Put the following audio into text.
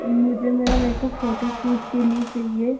मुझे मेरा makeup photoshoot के लिए चाहिए